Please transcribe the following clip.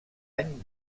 any